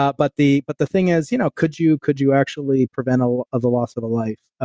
ah but the but the thing is you know could you could you actually prevent um of a loss of a life?